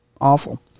awful